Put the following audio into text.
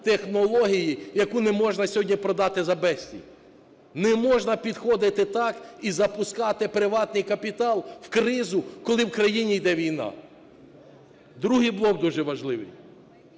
технології, яку не можна сьогодні продати за безцінь. Не можна підходити так і запускати приватний капітал в кризу, коли в країні йде війна. Другий блок дуже важливий.